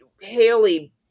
Haley